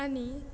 आनी